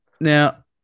Now